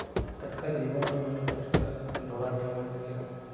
ᱴᱟᱴᱠᱟ ᱡᱤᱵᱚᱱ ᱨᱮ ᱢᱟᱱᱮ ᱴᱟᱴᱠᱟ ᱰᱷᱲᱟ ᱧᱟᱢᱮᱱ ᱞᱮᱠᱟ